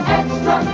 extra